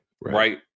right